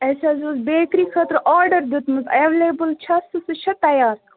اَسہِ حظ اوس بیٚکری خٲطرٕ آرڈر دیُتمُت ایٚویلیبُل چھا سُہ سُہ چھا تیار